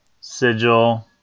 Sigil